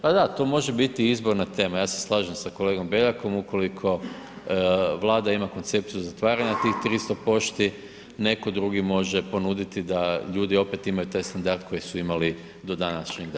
Pa da to može biti i izborna tema, ja se slažem sa kolegom Beljakom ukoliko Vlada ima koncepciju zatvaranja tih 300 pošti netko drugi može ponuditi da ljudi opet imaju taj standard koji su imali do današnjeg dana.